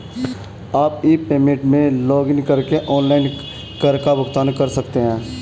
आप e payment में login करके ऑनलाइन कर का भुगतान कर सकते हैं